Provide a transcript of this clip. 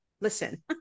Listen